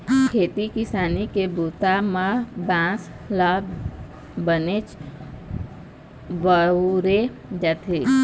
खेती किसानी के बूता म बांस ल बनेच बउरे जाथे